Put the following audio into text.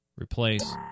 Replace